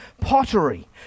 pottery